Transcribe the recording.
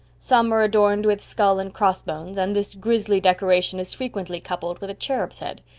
some are adorned with skull and cross-bones, and this grizzly decoration is frequently coupled with a cherub's head.